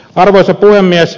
arvoisa puhemies